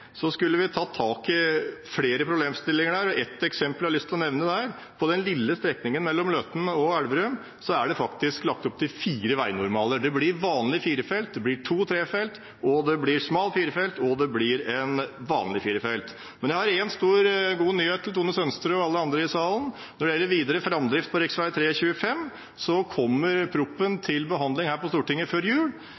skulle vi tatt tak i flere problemstillinger. Et eksempel jeg har lyst til å nevne, er: På den lille strekningen mellom Løten og Elverum er det faktisk lagt opp til fire veinormaler: Det blir vanlig firefelts vei, det blir to trefelts, det blir smal firefelts og det blir en vanlig firefelts vei. Jeg har en stor, god nyhet til Tone Sønsterud og alle andre i salen: Når det gjelder videre framdrift for rv. 3 og rv. 25, kommer